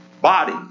body